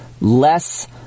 less